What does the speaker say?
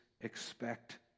expect